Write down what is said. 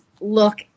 look